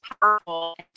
powerful